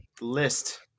list